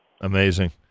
Amazing